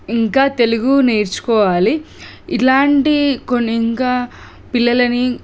ఇంకా తెలుగు నేర్చుకోవాలి ఇట్లాంటి కొన్ని ఇంకా పిల్లలని